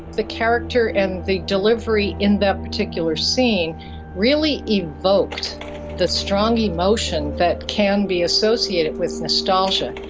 the character and the delivery in that particular scene really evoked the strong emotion that can be associated with nostalgia.